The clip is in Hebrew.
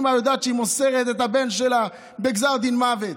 אימא יודעת שהיא מוסרת את הבן שלה בגזר דין מוות,